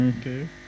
Okay